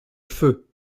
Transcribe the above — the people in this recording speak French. feu